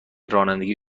رانندگی